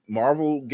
marvel